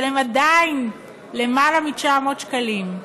אבל הם עדיין למעלה מ-900 שקלים.